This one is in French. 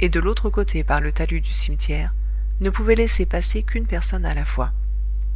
et de l'autre côté par le talus du cimetière ne pouvait laisser passer qu'une personne à la fois